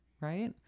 right